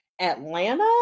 Atlanta